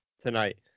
tonight